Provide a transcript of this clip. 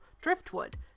driftwood